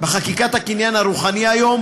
הקניין הרוחני היום,